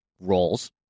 roles